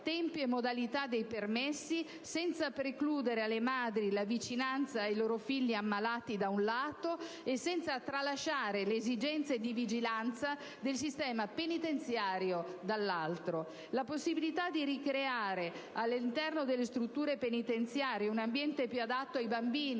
tempi e modalità dei permessi, senza precludere alle madri la vicinanza ai loro figli ammalati, da un lato, e senza tralasciare le esigenze di vigilanza del sistema penitenziario, dall'altro. La possibilità di ricreare all'interno delle strutture penitenziarie un ambiente più adatto ai bambini,